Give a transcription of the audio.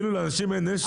לאנשים אין נשק?